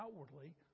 outwardly